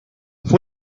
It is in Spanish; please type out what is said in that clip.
fue